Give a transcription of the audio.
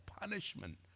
punishment